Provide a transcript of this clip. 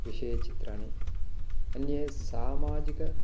विषये चित्राणि अन्ये सामाजिकम्